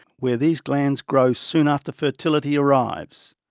where these glands grow soon after fertility arrives.